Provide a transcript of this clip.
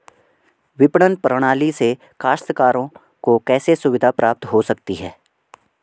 विपणन प्रणाली से काश्तकारों को कैसे सुविधा प्राप्त हो सकती है?